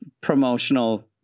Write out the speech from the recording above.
promotional